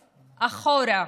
אחורה,